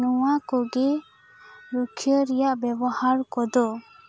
ᱱᱚᱣᱟ ᱠᱩᱜᱤ ᱨᱩᱠᱷᱟᱹᱭᱟᱹ ᱨᱮᱭᱟᱜ ᱵᱮᱵᱚᱦᱟᱨ ᱠᱚᱫᱚ